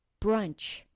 brunch